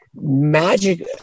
magic